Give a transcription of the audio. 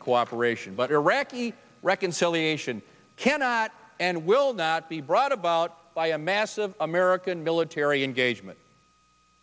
and cooperation but iraqi reconciliation cannot and will not be brought about by a massive american military engagement